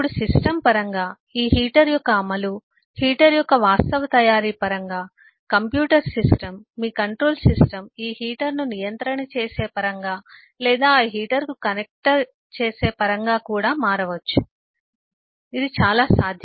ఇప్పుడు సిస్టమ్ పరంగా ఈ హీటర్ యొక్క అమలు హీటర్ యొక్క వాస్తవ తయారీ పరంగా కంప్యూటర్ సిస్టమ్ మీ కంట్రోల్ సిస్టమ్ ఈ హీటర్ను నియంత్రణ చేసే పరంగా లేదా ఆ హీటర్కు కనెక్ట్ చేసే పరంగా కూడా మారవచ్చు చాలా సాధ్యమే